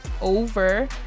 over